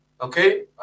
Okay